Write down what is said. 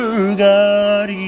God